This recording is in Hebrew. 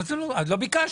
לא ביקשתם.